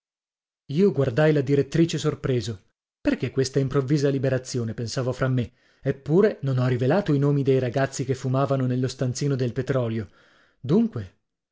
io guardai la direttrice sorpreso perché questa improvvisa liberazione pensavo fra me eppure non ho rivelato i nomi dei ragazzi che fumavano nello stanzino del petrolio dunque